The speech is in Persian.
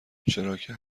چراکه